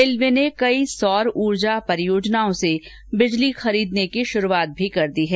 railway ने कई सौर ऊर्जा परियोजनाओं से बिजली खरीदने की शुरूआत भी कर दी है